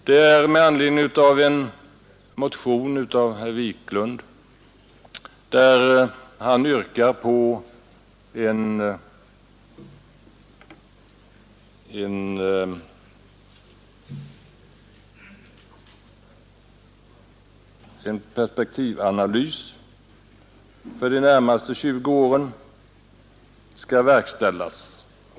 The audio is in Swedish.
Den har avgivits med anledning av en motion av herr Wiklund i Stockholm, där han yrkar på att en perspektivanalys för de närmaste 20 åren skall verkställas.